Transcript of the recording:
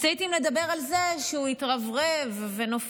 אז תהיתי אם לדבר על זה שהוא התרברב ונופף